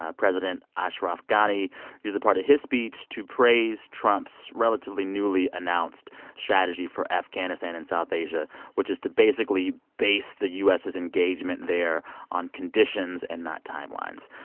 ah president ashraf ghani used a part of his speech to praise trump's relatively newly announced strategy for afghanistan and south asia, which is to basically base the u s s engagement there on conditions and not timelines.